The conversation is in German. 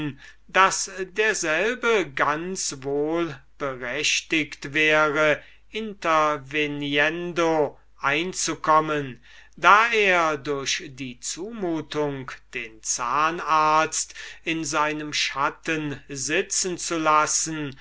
daß derselbe ganz wohl berechtigt wäre interveniendo einzukommen da er durch die zumutung den zahnarzt in seinem schatten sitzen zu lassen